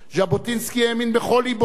ז'בוטינסקי האמין בכל לבו